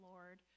Lord